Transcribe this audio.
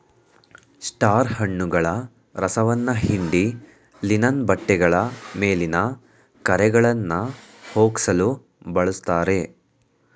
star ಹಣ್ಣುಗಳ ರಸವನ್ನ ಹಿಂಡಿ ಲಿನನ್ ಬಟ್ಟೆಗಳ ಮೇಲಿನ ಕರೆಗಳನ್ನಾ ಹೋಗ್ಸಲು ಬಳುಸ್ತಾರೆ